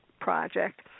project